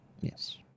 Yes